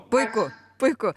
puiku puiku